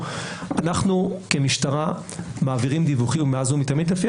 אנחנו כמשטרה מעבירים דיווחים מאז ומתמיד לפי